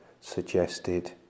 suggested